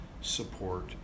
support